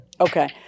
Okay